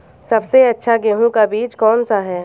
सबसे अच्छा गेहूँ का बीज कौन सा है?